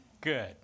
Good